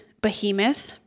behemoth